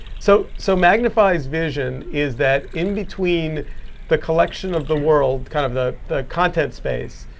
so so magnify's vision is that in between the collection of the world, kind of the the content space,